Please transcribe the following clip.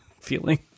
feeling